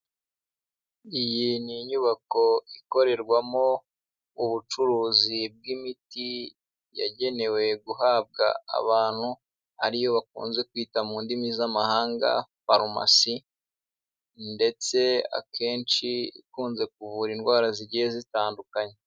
Iyi ni inyubako ikorerwamo ubucuruzi bw'imiti yagenewe guhabwa abantu ari yo bakunze kwita mu ndimi z'amahanga farumasi, ndetse akenshi ikunze kuvura indwara zigiye zitandukanye.